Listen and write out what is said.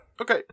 Okay